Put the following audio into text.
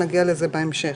נגיע לזה בהמשך.